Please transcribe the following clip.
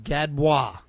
Gadbois